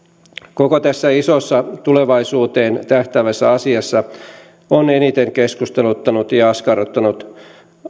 koko tässä isossa tulevaisuuteen tähtäävässä asiassa ovat eniten keskusteluttaneet ja askarruttaneet